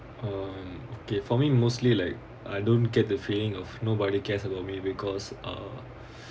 uh okay for me mostly like I don't get the feeling of nobody cares about me because uh